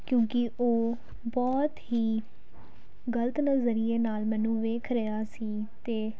ਕਿਉਂਕਿ ਉਹ ਬਹੁਤ ਹੀ ਗਲਤ ਨਜ਼ਰੀਏ ਨਾਲ ਮੈਨੂੰ ਵੇਖ ਰਿਹਾ ਸੀ ਅਤੇ